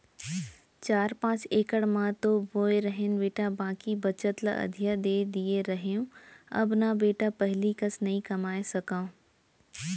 चार पॉंच इकड़ म तो बोए रहेन बेटा बाकी बचत ल अधिया दे दिए रहेंव अब न बेटा पहिली कस नइ कमाए सकव